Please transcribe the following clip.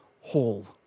whole